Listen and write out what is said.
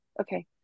Okay